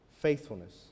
faithfulness